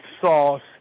sauce